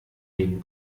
den